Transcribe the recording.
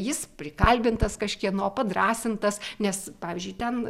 jis prikalbintas kažkieno padrąsintas nes pavyzdžiui ten